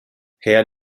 herr